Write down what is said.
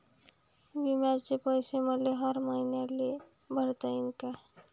बिम्याचे पैसे मले हर मईन्याले भरता येईन का?